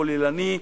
כוללני,